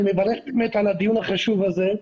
אני מברך על הדיון החשוב הזה.